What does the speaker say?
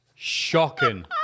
Shocking